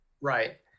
Right